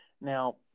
Now